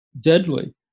deadly